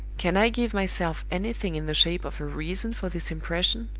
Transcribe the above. can i give myself anything in the shape of a reason for this impression?